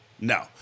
no